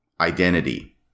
identity